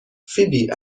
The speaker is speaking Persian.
فیبی